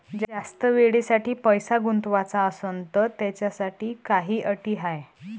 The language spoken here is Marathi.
जास्त वेळेसाठी पैसा गुंतवाचा असनं त त्याच्यासाठी काही अटी हाय?